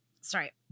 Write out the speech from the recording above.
sorry